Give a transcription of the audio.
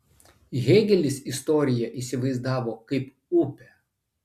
hėgelis istoriją įsivaizdavo kaip upę